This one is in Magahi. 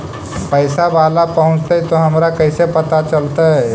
पैसा बाला पहूंचतै तौ हमरा कैसे पता चलतै?